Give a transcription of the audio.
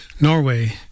Norway